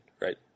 right